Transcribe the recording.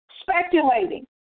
speculating